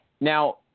Now